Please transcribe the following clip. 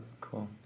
Cool